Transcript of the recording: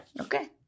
Okay